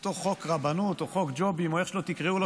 אותו חוק רבנות או חוק ג'ובים או איך שלא תקראו לו,